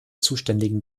zuständigen